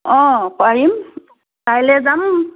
অঁ পাৰিম কাইলৈ যাম